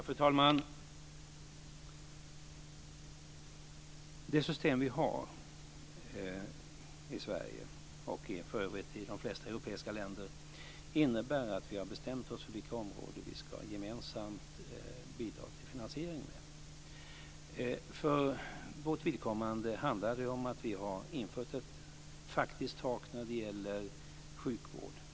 Fru talman! Det system vi har i Sverige, och för övrigt i de flesta europeiska länder, innebär att vi har bestämt oss för vilka områden vi gemensamt ska bidra till finansieringen av. För vårt vidkommande handlar det om att vi har infört ett faktiskt tak när det gäller sjukvård.